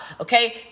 okay